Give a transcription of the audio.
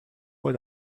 what